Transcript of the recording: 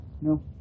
No